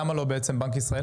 למה לא בעצם, בנק ישראל?